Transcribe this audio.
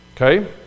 Okay